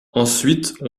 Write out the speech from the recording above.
ensuite